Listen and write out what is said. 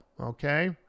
Okay